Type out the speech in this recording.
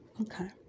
Okay